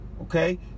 okay